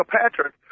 Patrick